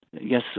Yes